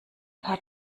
paar